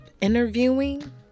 interviewing